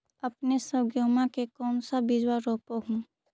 अपने सब गेहुमा के कौन सा बिजबा रोप हू?